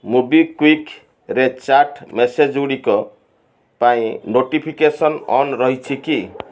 ମୋବିକ୍ଵିକ୍ରେ chat message ଗୁଡ଼ିକ ପାଇଁ notification on ରହିଛି କି